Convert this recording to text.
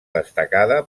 destacada